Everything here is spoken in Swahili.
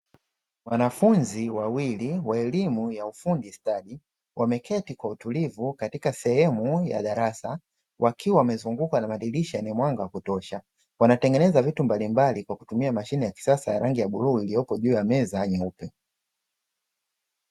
Wanafunzi wawili wa elimu ya ufundi stadi wameketi kwa utulivu katika sehemu ya darasa, wakiwa wamezungukwa na madirisha yenye mwanga wa kutosha. Wanatengeneza vitu mbalimbali kwa kutumia mashine ya kisasa ya rangi ya bluu iliyoko juu ya meza nyeupe.